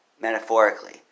metaphorically